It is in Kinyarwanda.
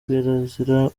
kirazira